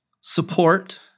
support